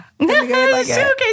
Okay